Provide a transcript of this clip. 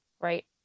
right